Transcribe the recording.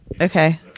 okay